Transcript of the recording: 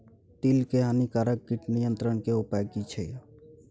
तिल के हानिकारक कीट नियंत्रण के उपाय की छिये?